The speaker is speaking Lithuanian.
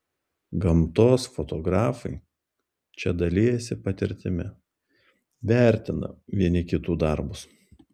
gamtos fotografai čia dalijasi patirtimi vertina vieni kitų darbus